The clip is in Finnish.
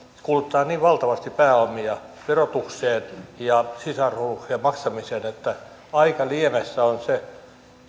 kuluttaa niin valtavasti pääomia verotukseen ja sisarosuuksien maksamiseen että aika liemessä on se